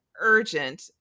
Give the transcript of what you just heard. urgent